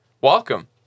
welcome